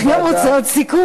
אתה גם רוצה עוד סיכום?